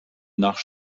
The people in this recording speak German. nach